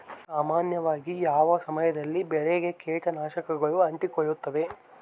ಸಾಮಾನ್ಯವಾಗಿ ಯಾವ ಸಮಯದಲ್ಲಿ ಬೆಳೆಗೆ ಕೇಟನಾಶಕಗಳು ಅಂಟಿಕೊಳ್ಳುತ್ತವೆ?